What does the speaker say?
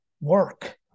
work